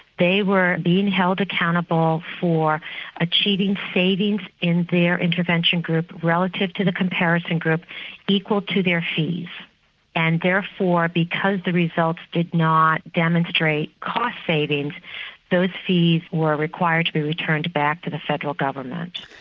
they were being held accountable for achieving savings in their intervention group relative to the comparison group equal to their fees and therefore because the results did not demonstrate cost savings those fees were required to be returned back to the federal government.